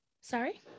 Sorry